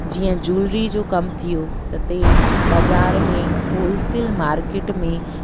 जीअं जूलरी जो कमु थियो त ते बाज़ारि में होलसेल मार्किट में